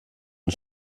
und